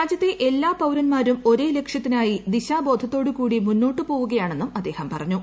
രാജ്യത്തെ എല്ലാ പൌരന്മാരും ഒരേ ലക്ഷ്യത്തിനായി ദിശാ ബോധത്തോടുകൂടി മുന്നോട്ടു പോവുകയാണെന്നും അദ്ദേഹം പറഞ്ഞു